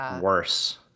worse